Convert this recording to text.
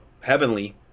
heavenly